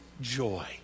joy